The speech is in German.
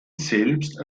selbst